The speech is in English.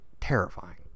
terrifying